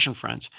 friends